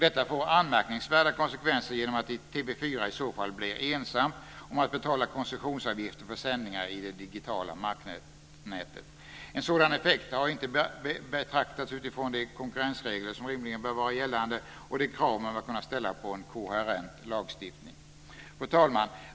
Detta får anmärkningsvärda konsekvenser genom att TV 4 i så fall blir ensamt om att betala koncessionsavgifter för sändningar i det digitala marknätet. En sådan effekt har inte betraktats utifrån de konkurrensregler som rimligen bör vara gällande och de krav man bör kunna ställa på en koherent lagstiftning. Fru talman!